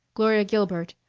gloria gilbert,